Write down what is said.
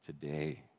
Today